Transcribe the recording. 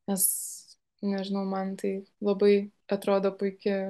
nes nežinau man tai labai atrodo puiki